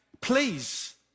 Please